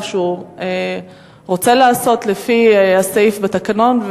שהוא רוצה לעשות זאת לפי הסעיף בתקנון,